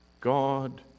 God